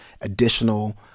additional